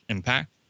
Impact